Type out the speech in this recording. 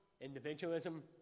individualism